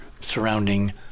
surrounding